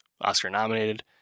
Oscar-nominated